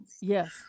Yes